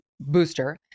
booster